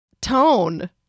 tone